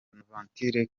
bonaventure